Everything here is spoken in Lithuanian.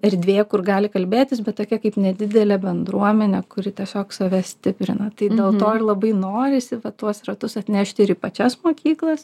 erdvė kur gali kalbėtis bet tokia kaip nedidelė bendruomenė kuri tiesiog save stiprina tai dėl to ir labai norisi va tuos ratus atnešti ir į pačias mokyklas